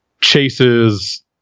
chases